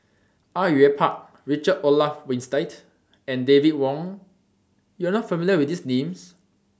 Au Yue Pak Richard Olaf Winstedt and David Wong YOU Are not familiar with These Names